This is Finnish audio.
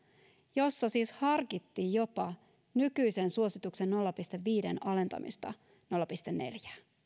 jossa harkittiin jopa nykyisen suosituksen nolla pilkku viiden alentamista nolla pilkku neljään